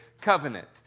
Covenant